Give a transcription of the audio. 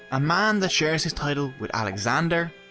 a man that shares his title with alexander,